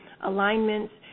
alignments